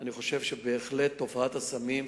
אני חושב שבהחלט תופעת הסמים,